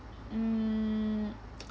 hmm